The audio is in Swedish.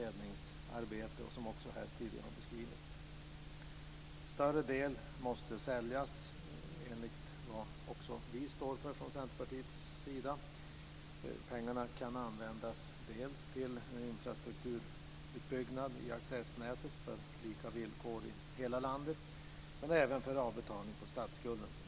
En större del måste säljas - det är också Centerpartiets mening. Pengarna kan användas dels till infrastrukturutbyggnad i accessnätet för att få lika villkor i hela landet, dels till avbetalning på statsskulden.